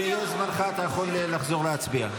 כשיהיה זמנך אתה יכול לחזור להצביע.